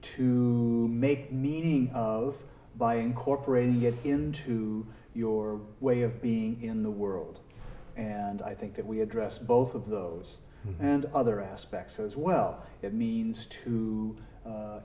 to make meaning of buying corporation get into your way of being in the world and i think that we address both of those and other aspects as well it means to